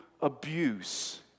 abuse